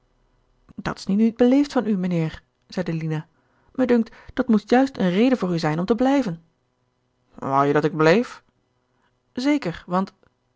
dat is nu niet beleefd van u mijnheer zeide lina me dunkt dat moest juist eene reden voor u zijn om te blijven wou je dat ik bleef zeker